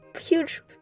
huge